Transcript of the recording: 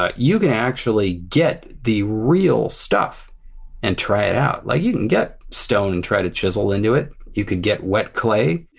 ah you can actually get the real stuff and try it out. like you can get stone and try to chisel into it. you can get wet clay.